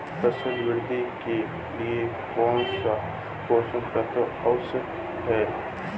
फसल वृद्धि के लिए कौनसे पोषक तत्व आवश्यक हैं?